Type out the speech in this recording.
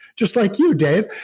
just like you, dave,